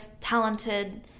talented